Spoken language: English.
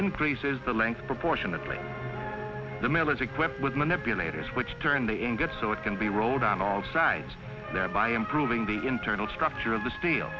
increases the length proportionately the millers equipped with manipulators which turn the ingots so it can be rolled on all sides thereby improving the internal structure of the steel